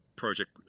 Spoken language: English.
project